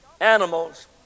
animals